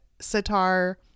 sitar